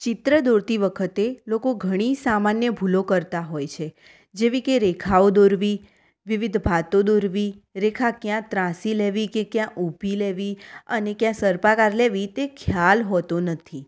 ચિત્ર દોરતી વખતે લોકો ઘણી સામાન્ય ભૂલો કરતા હોય છે જેવી કે રેખાઓ દોરવી વિવિધ ભાતો દોરવી રેખા ક્યાં ત્રાંસી લેવી કે ક્યાં ઉભી લેવી અને ક્યાં સર્પાકાર લેવી તે ખ્યાલ હોતો નથી